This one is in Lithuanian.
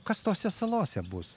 kas tose salose bus